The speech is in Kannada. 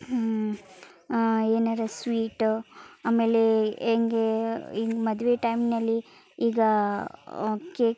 ಏನಾರೂ ಸ್ವೀಟು ಆಮೇಲೆ ಹೆಂಗೇ ಹಿಂಗ್ ಮದುವೆ ಟೈಮ್ನಲ್ಲಿ ಈಗ ಕೇಕ್